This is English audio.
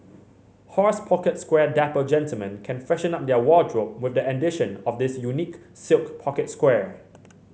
horse pocket square Dapper gentlemen can freshen up their wardrobe with the addition of this unique silk pocket square